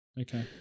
okay